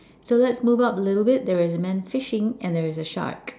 so let's move up a little bit there is a man fishing and there is a shark